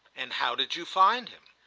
and how did you find him?